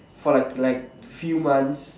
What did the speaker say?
for like like few months